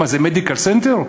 מה, זה "מדיקל סנטר"?